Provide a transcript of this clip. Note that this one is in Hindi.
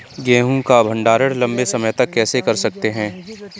गेहूँ का भण्डारण लंबे समय तक कैसे कर सकते हैं?